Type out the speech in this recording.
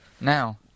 now